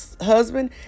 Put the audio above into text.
husband